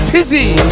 Tizzy